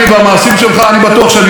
אני בטוח שאני לא אצא נפסד,